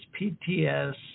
PTS